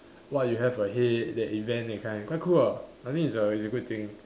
what you have ahead that event that kind quite cool ah I think it's a it's a good thing